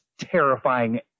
terrifying